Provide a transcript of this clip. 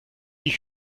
die